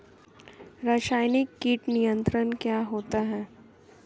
रसायनिक कीट नियंत्रण क्या होता है?